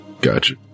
Gotcha